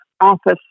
office